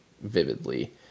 vividly